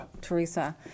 Teresa